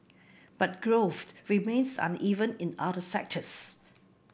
but growth remains uneven in other sectors